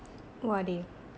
who are they